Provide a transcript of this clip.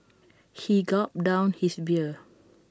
he gulped down his beer